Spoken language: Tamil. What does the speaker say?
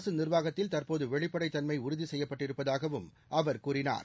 அரசு நிர்வாகத்தில் தற்போது வெளிப்படை தன்மை உறுதி செய்யப்பட்டிருப்பதாகவும் அவர் கூறினார்